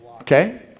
Okay